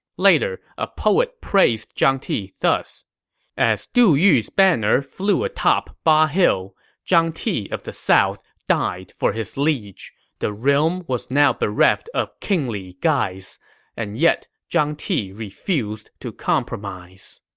later, a poet praised zhang ti thus as du yu's banner flew atop ba hill zhang ti of the south died for his liege the realm was now bereft of kingly guise and yet zhang ti refused to compromise